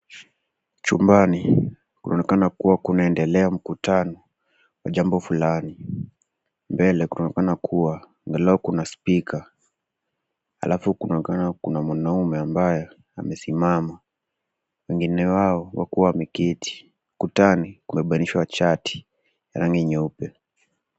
Chumbani, kunaonekana kuwa kunaendelea mkutano, wa jambo fulani. Mbele kunaonekana kuwa angalau kuna speaker , halafu kunaonekana kuna mwanaume ambaye amesimama, wengine wao wakiwa wameketi, ukutani kumepandishwa chati, ya rangi nyeupe.